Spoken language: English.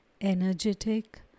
Energetic